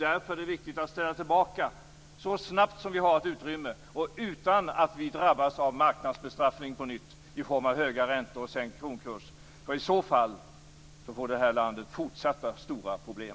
Därför är det viktigt att ställa tillbaka så snabbt som vi har utrymme för det och utan att vi på nytt drabbas av marknadens bestraffning i form av höga räntor och sänkt kronkurs, för i så fall får det här landet fortsatta stora problem.